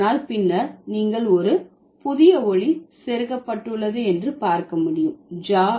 ஆனால் பின்னர் நீங்கள் ஒரு புதிய ஒலி செருகப்பட்டுள்ளது என்று பார்க்க முடியும் ja ஒலி